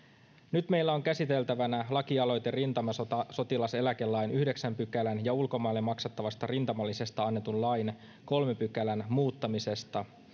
nyt meillä on käsiteltävänä lakialoite rintamasotilaseläkelain yhdeksännen pykälän ja ulkomaille maksettavasta rintamalisästä annetun lain kolmannen pykälän muuttamisesta